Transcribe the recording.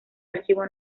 archivo